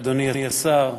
אדוני השר,